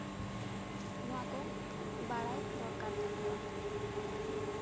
ᱱᱚᱣᱟ ᱠᱚ ᱵᱟᱲᱟᱭ ᱫᱚᱨᱠᱟᱨ ᱛᱟᱠᱚᱣᱟ